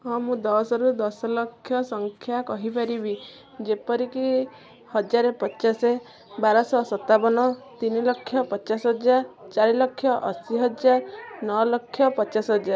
ହଁ ମୁଁ ଦଶରୁ ଦଶ ଲକ୍ଷ ସଂଖ୍ୟା କହିପାରିବି ଯେପରିକି ହଜାର ପଚାଶ ବାରଶହ ସତାବନ ତିନି ଲକ୍ଷ ପଚାଶ ହଜାର ଚାରି ଲକ୍ଷ ଅଶି ହଜାର ନ ଲକ୍ଷ ପଚାଶ ହଜାର